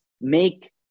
make